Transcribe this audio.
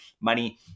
money